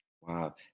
wow